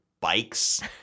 bikes